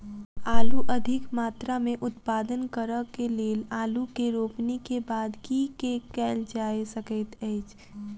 आलु अधिक मात्रा मे उत्पादन करऽ केँ लेल आलु केँ रोपनी केँ बाद की केँ कैल जाय सकैत अछि?